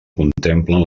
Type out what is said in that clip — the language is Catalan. contemplen